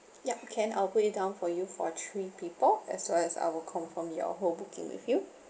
ya can I'll put it down for you for three people as well as I will confirm your whole booking with you